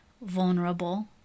vulnerable